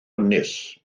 ynys